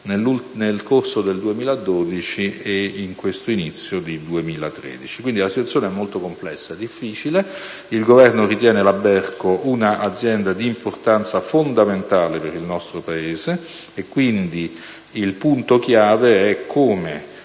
nel corso del 2012 e in questo inizio di 2013. Quindi, la situazione è molto complessa e difficile. Il Governo ritiene la Berco un'azienda di importanza fondamentale per il nostro Paese, per cui il punto chiave è come